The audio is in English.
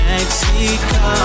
Mexico